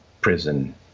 prison